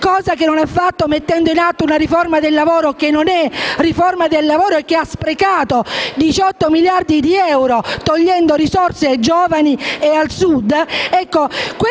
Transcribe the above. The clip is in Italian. ministro Poletti, mettendo in atto una riforma del lavoro che non è riforma del lavoro e che ha sprecato 18 miliardi di euro, togliendo risorse ai giovani e al Sud.